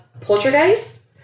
Poltergeist